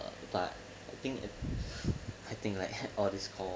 but I think I think like all the score